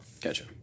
Gotcha